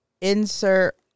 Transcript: Insert